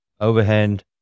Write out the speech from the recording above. overhand